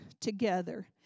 together